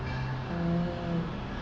mm